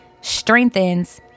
strengthens